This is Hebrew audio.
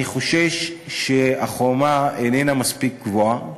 אני חושש שהחומה איננה מספיק גבוהה,